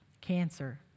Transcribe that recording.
cancer